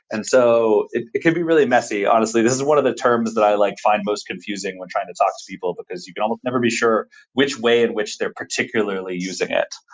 and so, it it can be really messy, honestly. this is one of the terms that i like find most confusing when trying to talk to people, because you can never be sure which way in which they're particularly using it.